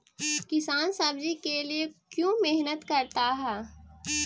किसान सब्जी के लिए क्यों मेहनत करता है?